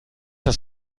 das